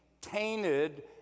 tainted